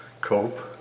Cope